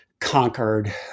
conquered